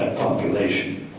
population.